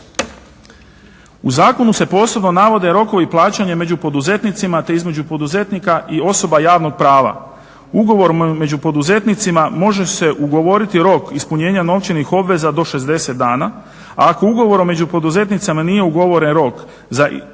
U zakonu se posebno navode rokovi plaćanja među poduzetnicima, te između poduzetnika i osoba javnog prava. Ugovorom među poduzetnicima može se ugovoriti rok ispunjenja novčanih obveza do 60 dana, a ako ugovorom među poduzetnicima nije ugovoren rok za ispunjavanje